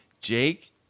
Jake